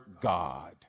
God